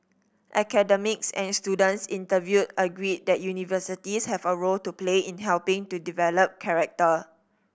academics and students interviewed agreed that universities have a role to play in helping to develop character